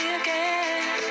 again